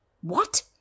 What